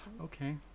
Okay